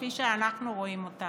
כפי שאנחנו רואים אותם.